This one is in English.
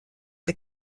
the